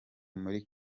muri